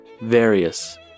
Various